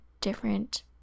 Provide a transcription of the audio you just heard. different